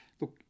look